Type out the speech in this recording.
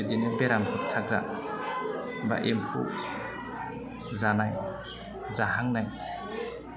बिदिनो बेराम होबथाग्रा बा एम्फौ जानाय जाहांनाय